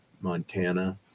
Montana